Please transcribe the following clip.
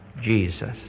Jesus